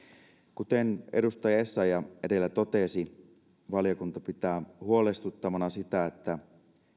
kuten edustaja essayah edellä totesi valiokunta pitää huolestuttavana sitä että